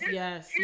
yes